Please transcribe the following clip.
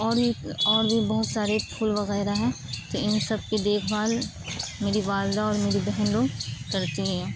اور ایک اور بھی بہت ساری سارے پھول وغیرہ ہیں تو ان سب کی دیکھ بھال میری والدہ اور میری بہن لوگ کرتی ہیں